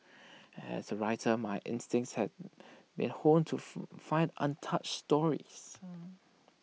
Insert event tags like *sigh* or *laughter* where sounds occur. as A writer my instinct has been honed to *unintelligible* find untouched stories